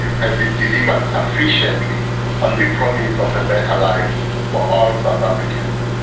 has it delivered sufficiently on the promise of a better life for all south africans,